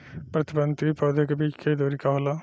प्रति पंक्ति पौधे के बीच के दुरी का होला?